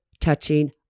touching